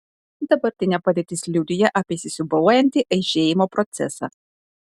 dabartinė padėtis liudija apie įsisiūbuojantį aižėjimo procesą